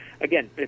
Again